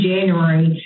January